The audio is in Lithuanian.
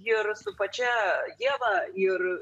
ir su pačia ieva ir